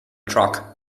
truck